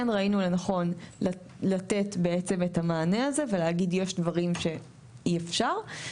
כן ראינו לנכון לתת בעצם את המענה הזה ולהגיד שיש דברים שאי אפשר.